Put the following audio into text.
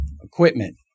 equipment